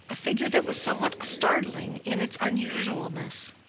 a figure that was somewhat startling in its unusualness.